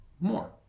more